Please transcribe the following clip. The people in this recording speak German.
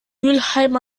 mülheim